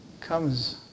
Comes